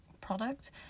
product